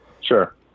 Sure